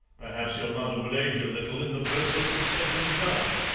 perhaps your mother would age a little in the process of settling down.